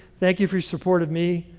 thank you for your support of me.